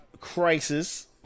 Crisis